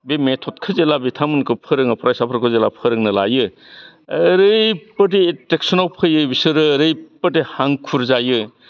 बे मेथदखौ जेला बिथांमोनखौ फोरोङो फरायसाफोरखौ जेला फोरोंनो लायो ओरैबादि एटेकसनाव फैयो बिसिरो ओरैबादि हांखुर जायो